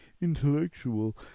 intellectual